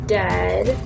dead